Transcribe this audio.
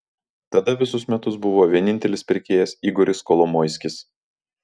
tada visus metus buvo vienintelis pirkėjas igoris kolomoiskis